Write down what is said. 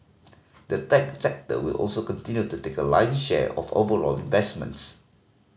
the tech sector will also continue to take a lion's share of overall investments